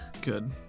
Good